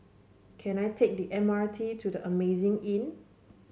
can I take the M R T to The Amazing Inn